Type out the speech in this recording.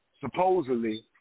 supposedly